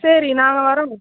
சரி நாங்கள் வரோம்